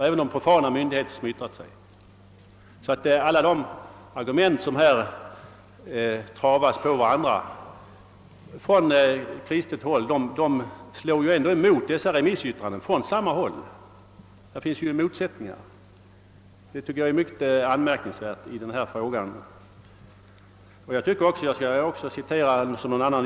även de profana myndigheter som har yttrat sig är emot förbudet. Alla de argument som här i debatten travas på varandra från kristet håll går emot de remissyttranden som avgivits från samma håll. En motsättning uppstår ju i denna fråga, vilket jag tycker är mycket anmärkningsvärt. Andra ledamöter har citerat ur Uppsala domkapitels remissyttrande.